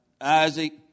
Isaac